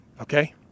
okay